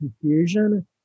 confusion